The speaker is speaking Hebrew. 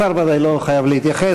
השר ודאי לא חייב להתייחס.